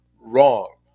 wrong